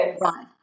right